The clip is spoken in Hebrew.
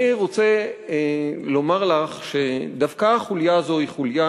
אני רוצה לומר לך שדווקא החוליה הזאת היא חוליה